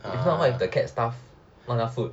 if not what if the cats starve not enough food